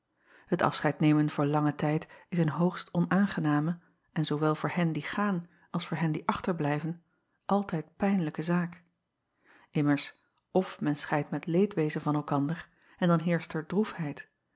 et afscheidnemen voor langen tijd is een hoogst onaangename en zoowel voor hen die gaan als voor hen die achterblijven altijd pijnlijke zaak mmers f men scheidt met leedwezen van elkander en dan heerscht er